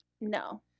no